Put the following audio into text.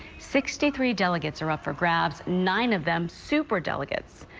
sixty three delegates are up for grabs, nine of them super delegates.